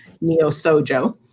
Neo-SOJO